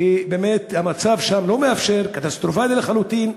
כי באמת המצב שם לא מאפשר, קטסטרופלי לחלוטין.